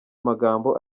magambo